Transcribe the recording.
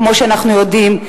כמו שאנחנו יודעים,